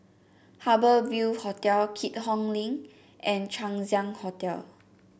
Harbour Ville Hotel Keat Hong Link and Chang Ziang Hotel